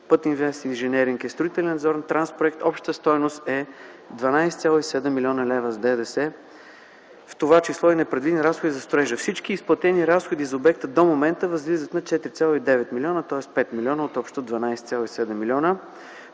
„Пътинвестинженеринг” – строителен надзор, и „Транспроект”. Общата стойност е 12,7 млн. лв. с ДДС, в това число и непредвидени разходи за строежа. Всички изплатени разходи за обекта до момента възлизат на 4,9 млн., тоест 5 милиона от общо 12,7 млн.,